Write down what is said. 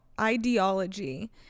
ideology